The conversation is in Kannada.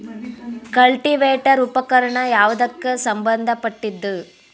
ಕಲ್ಟಿವೇಟರ ಉಪಕರಣ ಯಾವದಕ್ಕ ಸಂಬಂಧ ಪಟ್ಟಿದ್ದು?